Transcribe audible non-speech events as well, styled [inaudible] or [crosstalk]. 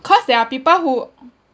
cause there are people who [noise]